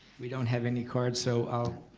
we don't have any cards so i'll